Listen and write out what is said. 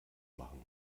machen